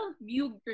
view